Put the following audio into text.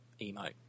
emote